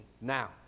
now